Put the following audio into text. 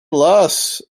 last